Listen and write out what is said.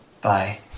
Bye